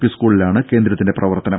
P സ്കൂളിലാണ് കേന്ദ്രത്തിന്റെ പ്രവർത്തനം